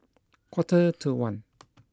quarter to one